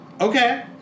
Okay